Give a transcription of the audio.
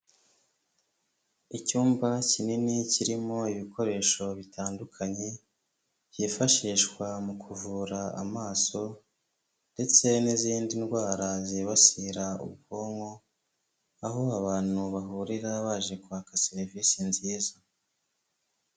Icyumba kinini kirimo ibikoresho bitandukanye byifashishwa mu kuvura amaso ndetse n'izindi ndwara zibasira ubwonko, aho abantu bahurira baje kwaka serivise nziza.